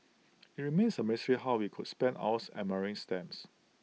IT remains A mystery how we could spend hours admiring stamps